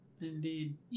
Indeed